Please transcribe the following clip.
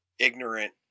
ignorant